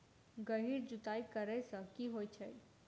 गहिर जुताई करैय सँ की होइ छै?